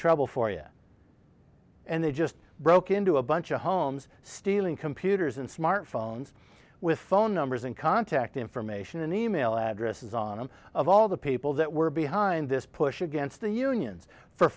trouble for you and they just broke into a bunch of homes stealing computers and smartphones with phone numbers and contact information and e mail addresses on them of all the people that were behind this push against the unions for